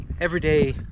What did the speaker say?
everyday